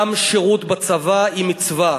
גם שירות בצבא הוא מצווה.